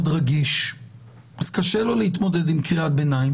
רגיש וקשה לו להתמודד עם קריאת ביניים.